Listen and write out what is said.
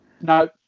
No